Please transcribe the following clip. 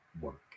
work